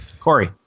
Corey